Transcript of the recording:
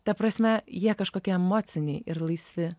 ta prasme jie kažkokie emociniai ir laisvi